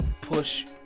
push